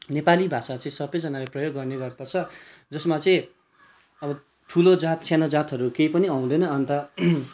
नेपाली भाषा चाहिँ सबैजनाले प्रयोग गर्ने गर्दछ जसमा चाहिँ अब ठुलो जात सानो जातहरू केही पनि आउँदैन अन्त